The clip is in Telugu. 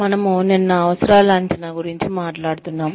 మనము నిన్న అవసరాల అంచనా గురించి మాట్లాడుతున్నాము